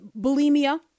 bulimia